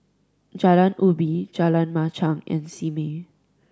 Jalan Ubi Jalan Machang and Simei